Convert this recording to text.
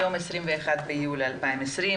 היום 21 ביולי 2020,